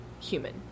human